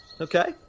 Okay